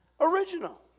original